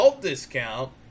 discount